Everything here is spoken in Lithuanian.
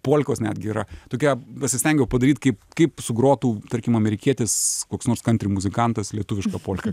polkos netgi yra tokia pasistengiau padaryt kaip kaip sugrotų tarkim amerikietis koks nors kantri muzikantas lietuviška polka